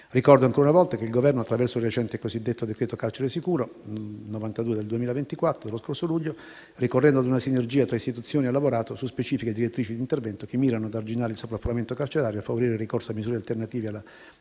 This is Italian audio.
Ricordo ancora una volta che il Governo, attraverso il recente decreto-legge 4 luglio 2024, n. 92, cosiddetto carcere sicuro, ricorrendo a una sinergia tra istituzioni, ha lavorato su specifiche direttrici di intervento che mirano ad arginare il sovraffollamento carcerario, a favorire il ricorso a misure alternative alla detenzione